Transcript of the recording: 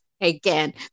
again